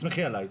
תסמכי עלי.